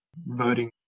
voting